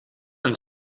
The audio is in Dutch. een